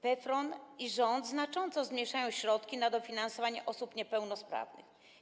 PFRON i rząd znacząco zmniejszają środki na dofinansowanie osób niepełnosprawnych.